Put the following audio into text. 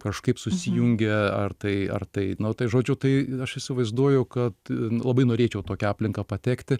kažkaip susijungia ar tai ar tai nu žodžiu tai aš įsivaizduoju kad labai norėčiau tokią aplinką patekti